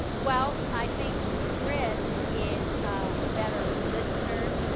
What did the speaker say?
well, i think chris is a better listener